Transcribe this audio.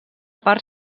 part